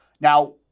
Now